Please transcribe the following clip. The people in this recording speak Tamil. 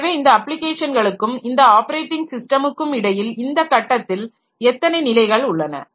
எனவே இந்த அப்ளிகேஷன்களுக்கும் இந்த ஆப்பரேட்டிங் ஸிஸ்டமுக்கும் இடையில் இந்த கட்டத்தில் எத்தனை நிலைகள் உள்ளன